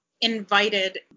invited